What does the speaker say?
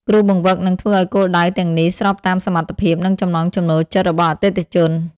គ្រូបង្វឹកនឹងធ្វើឱ្យគោលដៅទាំងនេះស្របតាមសមត្ថភាព និងចំណង់ចំណូលចិត្តរបស់អតិថិជន។